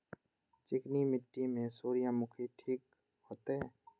चिकनी मिट्टी में सूर्यमुखी ठीक होते?